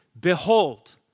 behold